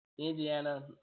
Indiana